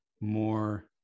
more